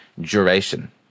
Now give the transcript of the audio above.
duration